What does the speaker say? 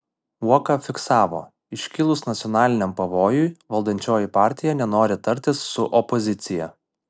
uoka fiksavo iškilus nacionaliniam pavojui valdančioji partija nenori tartis su opozicija